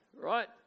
right